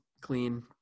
clean